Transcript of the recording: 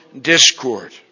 discord